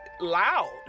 loud